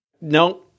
No